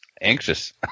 anxious